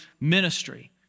ministry